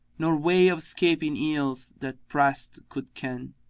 nor way of scaping ills that pressed could ken.